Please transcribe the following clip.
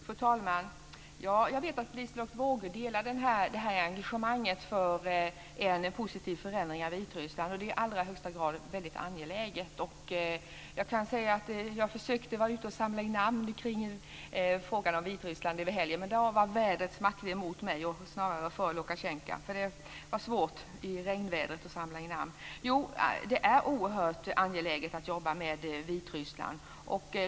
Fru talman! Jag vet att Liselotte Wågö delar engagemanget för en positiv förändring i Vitryssland. Det är något i allra högsta grad angeläget. Jag kan berätta att jag i helgen var ute och försökte samla in namn kring frågan om Vitryssland, men då var vädrets makter emot mig och snarare för Lukasjenko. Det var svårt att samla in namn i regnvädret. Det är oerhört angeläget att jobba med Vitryssland.